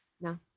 No